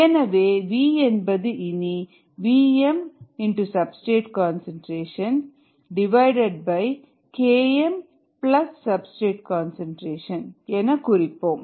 எனவே v என்பது இனி vmSKmS என குறிப்போம்